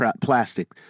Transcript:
plastic